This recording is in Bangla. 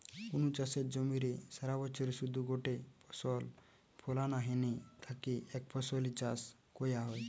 কুনু চাষের জমিরে সারাবছরে শুধু গটে ফসল ফলানা হ্যানে তাকে একফসলি চাষ কয়া হয়